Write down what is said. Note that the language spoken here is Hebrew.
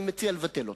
אני מציע לבטל אותו.